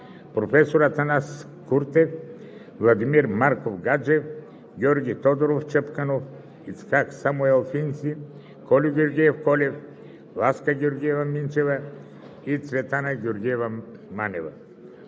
Атанас Стефанов Куртев, Владимир Марков Гаджев, Георги Тодоров Чапкънов, Ицхак Самуел Финци, Кольо Георгиев Колев, Ласка Георгиева Минчева и Цветана Георгиева Манева